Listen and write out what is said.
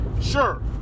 Sure